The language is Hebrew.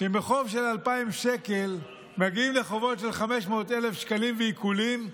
מחוב של 2,000 שקל מגיעים לחובות של 500,000 שקלים ועיקולים,